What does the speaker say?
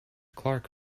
clark